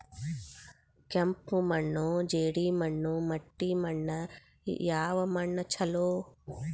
ಕೆಂಪು ಮಣ್ಣು, ಜೇಡಿ ಮಣ್ಣು, ಮಟ್ಟಿ ಮಣ್ಣ ಯಾವ ಮಣ್ಣ ಛಲೋ?